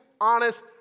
honest